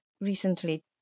recently